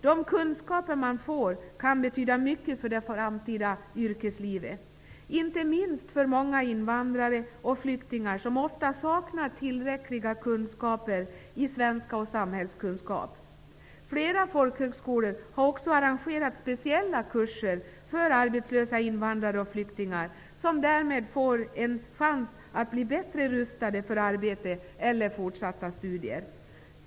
De kunskaper man får kan betyda mycket för det framtida yrkeslivet, inte minst för många invandrare och flyktingar, som ofta saknar tillräckliga kunskaper i svenska och samhällskunskap. Flera folkhögskolor har också arrangerat speciella kurser för arbetslösa invandrare och flyktingar, som därmed får en chans att bli bättre rustade för arbete eller fortsatta studier.